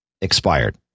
expired